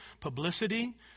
publicity